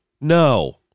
No